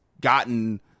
gotten